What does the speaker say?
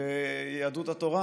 ביהדות התורה